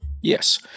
Yes